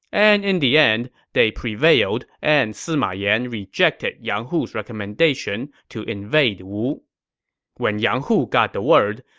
and in the end, they prevailed and sima yan rejected yang hu's recommendation to invade wu when yang hu got the word,